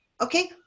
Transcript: okay